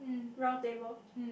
round table